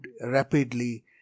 rapidly